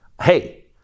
hey